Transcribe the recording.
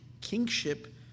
kingship